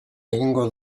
egingo